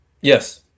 Yes